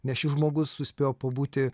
nes šis žmogus suspėjo pabūti